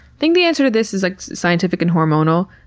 think the answer to this is scientific and hormonal.